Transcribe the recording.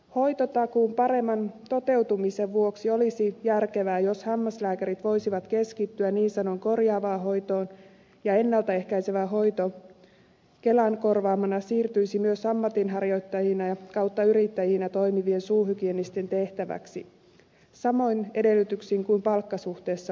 hoitotakuun paremman toteutumisen vuoksi olisi järkevää jos hammaslääkärit voisivat keskittyä niin sanottuun korjaavaan hoitoon ja ennalta ehkäisevä hoito kelan korvaamana siirtyisi myös ammatinharjoittajina tai yrittäjinä toimivien suuhygienistien tehtäväksi samoin edellytyksin kuin palkkasuhteessa olevien